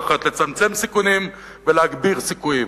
אחד: לצמצם סיכונים ולהגביר סיכויים.